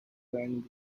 band